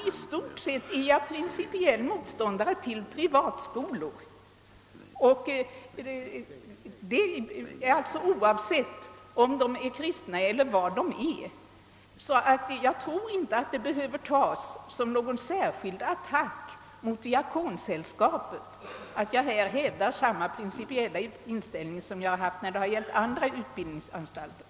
I stort sett är jag alltså principiell motståndare till privatskolor, oavsett om de är kristna eller icke och jag kan inte se att det behöver uppfattas som någon attack mot Svenska diakonsällskapet, om jag här hävdar samma principiella inställning som jag haft när det gällt andra utbildningsanstalter.